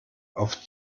auf